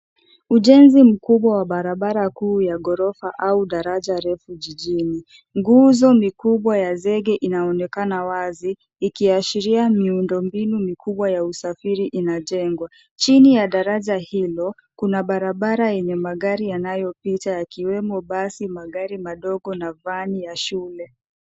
Ujenzi mkubwa wa barabara kuu ya ghorofa au daraja refu jijini. Nguzo mikubwa ya zege inaonekana wazi, ikiashiria miundombinu mikubwa ya usafiri inajengwa. Chini ya daraja hilo, kuna barabara yenye magari yanayopita yakiwemo basi, magari madogo na vani ya shule.